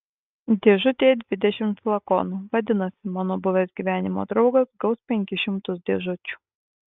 dėžutėje dvidešimt flakonų vadinasi mano buvęs gyvenimo draugas gaus penkis šimtus dėžučių